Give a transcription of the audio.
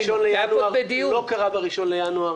היה צריך להיכנס ב-1 בינואר, לא קרה ב-1 בינואר.